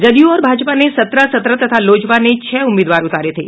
जदयू और भाजपा ने सत्रह सत्रह तथा लोजपा ने छह उम्मीदवार उतारे थे